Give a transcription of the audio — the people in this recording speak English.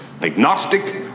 agnostic